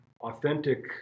authentic